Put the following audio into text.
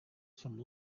some